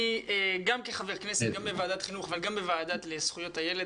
אני גם כחבר כנסת גם בוועדת חינוך אבל גם בוועדה לזכויות הילד,